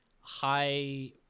high